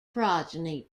progeny